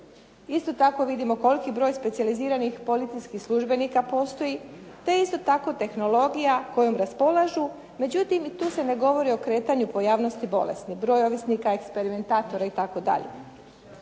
Isto tako vidimo koliki broj specijaliziranih policijskih službenika postoji, te isto tako tehnologija kojom raspolažu, međutim i tu se ne govori o kretanju pojavnosti bolesti, broj ovisnika, eksperimentatora itd.